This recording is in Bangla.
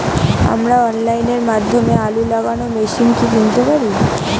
আমরা অনলাইনের মাধ্যমে আলু লাগানো মেশিন কি কিনতে পারি?